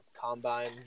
combine